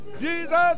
Jesus